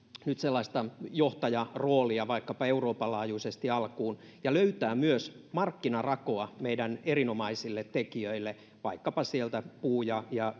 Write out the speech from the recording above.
nyt sellaista johtajaroolia vaikkapa euroopan laajuisesti alkuun ja löytää myös markkinarakoa meidän erinomaisille tekijöille vaikkapa siellä puu ja ja